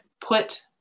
put